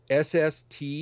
SST